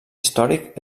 històric